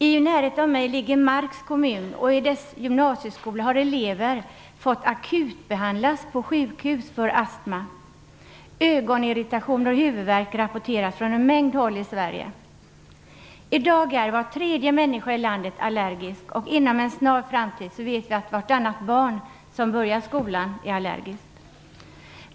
I närheten av där jag bor ligger Marks kommun. I gymnasieskolan där har elever fått akutbehandlas på sjukhus för astma. Ögonirritationer och huvudvärk rapporteras från en mängd håll i Sverige. I dag är var tredje människa i landet allergisk. Inom en snar framtid vet vi att vart annat barn som börjar skolan är allergiskt.